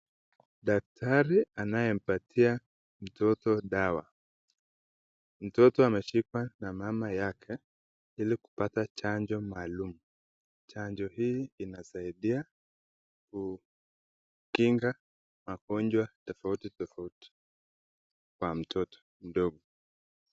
Daktari anayempatia mtoto dawa. Mtoto ameshikwa na mama yake ili kupata chanjo maalum. Chanjo hii inasaidia kukinga magojwa tofauti tofauti kwa mtoto mdogo.